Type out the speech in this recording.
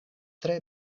tre